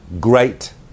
great